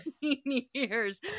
years